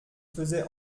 faisait